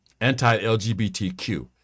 anti-LGBTQ